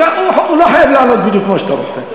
הוא לא חייב לענות בדיוק כמו שאתה רוצה.